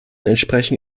entsprechen